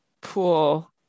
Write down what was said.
pool